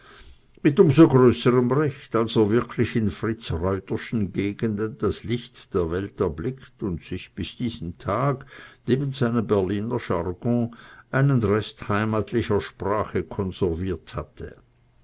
mit um so größerem recht als er wirklich in fritz reuterschen gegenden das licht der welt erblickt und sich bis diesen tag neben seinem berliner jargon einen rest heimatlicher sprache konserviert hatte